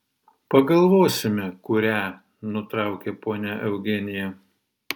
pagalvosime kurią nutraukė ponia eugenija